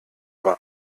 war